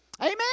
Amen